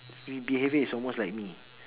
mean behaviour is almost like me